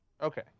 Okay